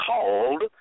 called